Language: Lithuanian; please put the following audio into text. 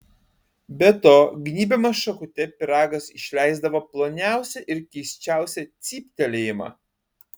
be to gnybiamas šakute pyragas išleisdavo ploniausią ir keisčiausią cyptelėjimą